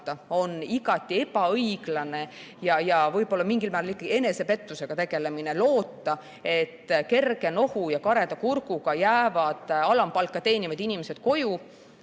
igati ebaõiglane ja võib-olla on mingil määral enesepettusega tegelemine loota, et kerge nohu ja kareda kurguga jäävad alampalka teenivad inimesed koju,